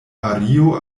mario